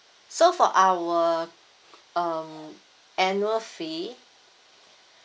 so for our um annual fee